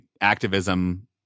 activism